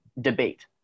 debate